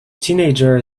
teenager